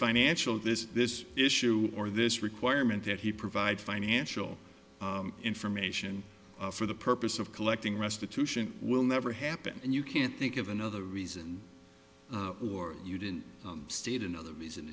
financial this this issue or this requirement that he provide financial information for the purpose of collecting restitution will never happen and you can't think of another reason or you didn't state another reason